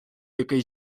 який